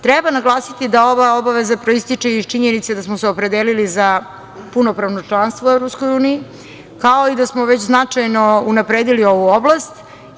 Treba naglasiti da ova obaveza proističe iz činjenice da smo se opredelili za punopravno članstvo u EU, kao i da smo već značajno unapredili ovu oblast.